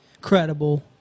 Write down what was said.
credible